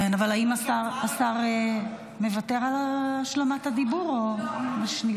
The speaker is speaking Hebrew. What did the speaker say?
כן, אבל האם השר מוותר על השלמת הדיבור או משלים?